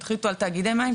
תחליטו על תאגידי מים,